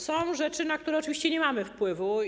Są rzeczy, na które oczywiście nie mamy wpływu.